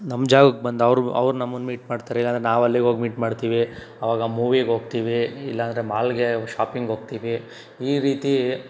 ನಮ್ಮ ಜಾಗಕ್ಕೆ ಬಂದು ಅವರು ಅವ್ರು ನಮ್ಮನ್ನ ಮೀಟ್ ಮಾಡ್ತಾರೆ ಇಲ್ಲಾಂದ್ರೆ ನಾವು ಅಲ್ಲಿಗೆ ಹೋಗ್ ಮೀಟ್ ಮಾಡ್ತೀವಿ ಆವಾಗ ಮೂವಿಗೆ ಹೋಗ್ತೀವಿ ಇಲ್ಲ ಅಂದರೆ ಮಾಲ್ಗೆ ಶಾಪಿಂಗ್ ಹೋಗ್ತೀವಿ ಈ ರೀತಿ